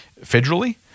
federally